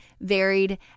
varied